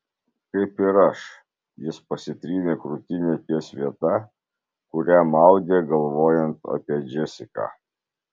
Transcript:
kaip ir aš jis pasitrynė krūtinę ties vieta kurią maudė galvojant apie džesiką